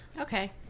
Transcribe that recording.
Okay